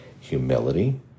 humility